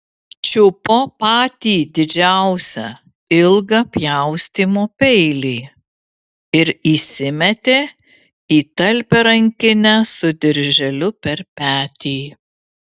čiupo patį didžiausią ilgą pjaustymo peilį ir įsimetė į talpią rankinę su dirželiu per petį